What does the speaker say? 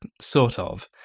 sort of,